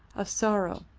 of sorrow,